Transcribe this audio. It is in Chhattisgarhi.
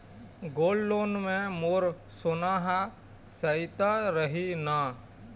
गोल्ड लोन मे मोर सोना हा सइत रही न?